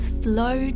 flow